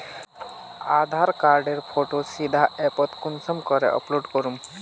आधार कार्डेर फोटो सीधे ऐपोत कुंसम करे अपलोड करूम?